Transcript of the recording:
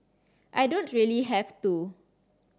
I don't really have to